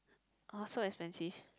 ah so expensive